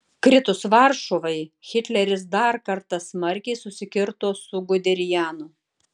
kritus varšuvai hitleris dar kartą smarkiai susikirto su guderianu